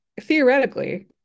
theoretically